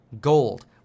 gold